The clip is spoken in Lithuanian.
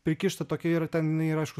prikišta tokia yra ten jinai yra aišku